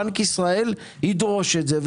בנק ישראל ידרוש את זה.